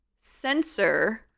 sensor